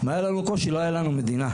אם היה לנו קושי לא הייתה לנו מדינה,